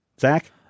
Zach